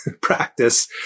practice